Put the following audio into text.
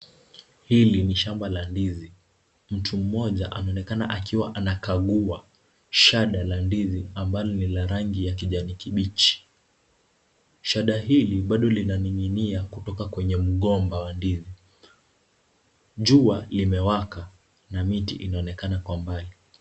Hili ni shamba la ndizi. Mtu mmoja anaonekana akiwa anagua shada la ndizi ambalo ni la rangi ya kijani kibichi. Shada hili bado linaning'inia kutoka kwenye mgomba wa ndizi. Jua limewaka na miti inaonekana kwa umbali.